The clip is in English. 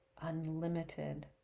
unlimited